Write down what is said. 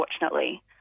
unfortunately